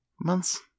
Months